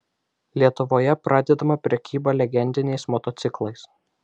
lietuvoje pradedama prekyba legendiniais motociklais